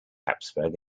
habsburg